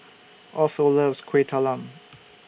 Otho loves Kuih Talam